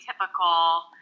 typical